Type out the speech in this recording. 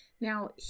Now